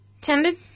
tended